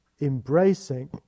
embracing